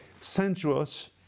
sensuous